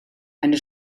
eine